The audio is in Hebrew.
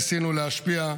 ניסינו להשפיע,